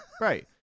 Right